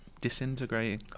disintegrating